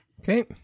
Okay